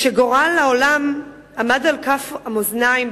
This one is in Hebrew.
כשגורל העולם עמד על כף המאזניים,